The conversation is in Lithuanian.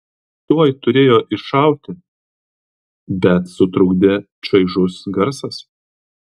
tuoj turėjo iššauti bet sutrukdė čaižus garsas